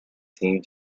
seemed